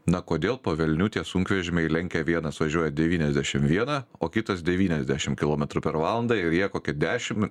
na kodėl po velnių tie sunkvežimiai lenkia vienas važiuoja devyniasdešim vieną o kitas devyniasdešim kilometrų per valandą ir jie kokią dešim